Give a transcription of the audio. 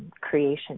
creation